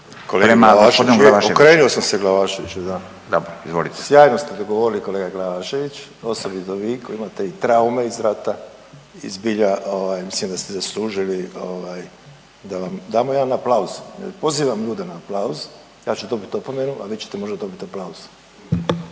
izvolite. **Ostojić, Rajko (Nezavisni)** Sjajno ste to govorili kolega Glavašević, osobito vi koji imate i traume iz rata i zbilja ovaj mislim da ste zaslužili ovaj da vam damo jedan aplauz. Pozivam ljude na aplauz, ja ću dobiti opomenu, ali vi ćete možda dobiti aplauz.